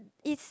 is